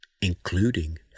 including